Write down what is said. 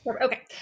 Okay